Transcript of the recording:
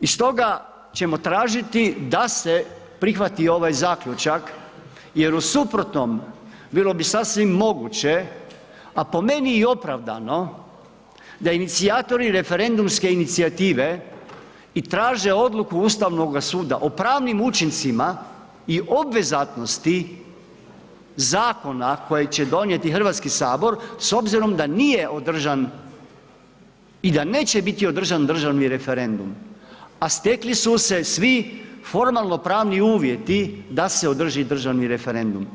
I stoga ćemo tražiti da se prihvati ovaj zaključak jer u suprotnom bilo bi sasvim moguće, a po meni i opravdano da inicijatori referendumske inicijative i traže odluku Ustavnoga suda o pravnim učincima i obvezatnosti zakona koji će donijeti HS s obzirom da nije održan i da neće biti održan državni referendum, a stekli su se svi formalnopravni uvjeti da se održi državni referendum